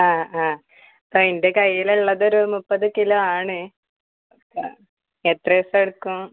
ആ ആ ഇപ്പം എൻ്റെ കയ്യിലുള്ളത് ഒരു മുപ്പത് കിലോ ആണ് ആ എത്ര ദിവസം എടുക്കും